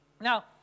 Now